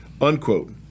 unquote